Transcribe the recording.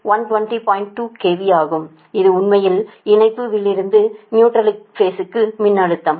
2 KV ஆகும் இது உங்கள் இணைப்பு லிருந்து நியூட்ரல்க்கு பேஸ் மின்னழுத்தம்